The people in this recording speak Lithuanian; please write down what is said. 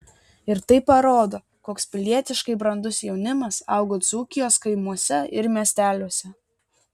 ir tai parodo koks pilietiškai brandus jaunimas augo dzūkijos kaimuose ir miesteliuose